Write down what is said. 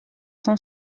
son